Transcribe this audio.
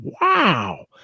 Wow